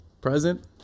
present